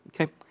Okay